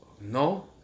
no